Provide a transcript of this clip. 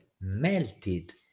melted